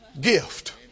gift